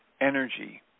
energy